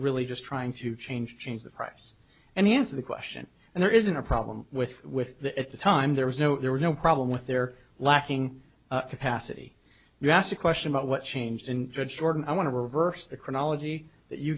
really just trying to change change the price and answer the question and there isn't a problem with with that at the time there was no there were no problem with their lacking capacity you asked a question about what changed in jordan i want to reverse the chronology that you